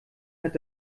hat